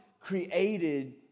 created